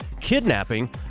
kidnapping